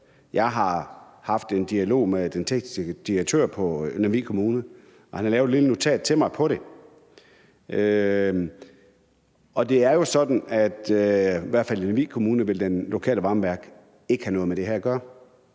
Jeg har haft en dialog med den tekniske direktør i Lemvig Kommune. Han har lavet et lille notat til mig om det. Det er jo sådan, at i hvert fald i Lemvig Kommune vil det kommunale varmeværk ikke have noget med det her at gøre.